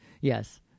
Yes